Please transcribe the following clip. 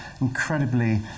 Incredibly